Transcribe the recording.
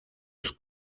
els